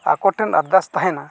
ᱟᱠᱚ ᱴᱷᱮᱱ ᱟᱨᱫᱟᱥ ᱛᱟᱦᱮᱱᱟ